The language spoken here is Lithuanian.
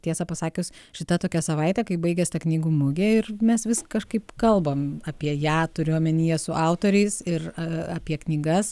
tiesą pasakius šita tokia savaitė kai baigias ta knygų mugė ir mes vis kažkaip kalbam apie ją turiu omenyje su autoriais ir apie knygas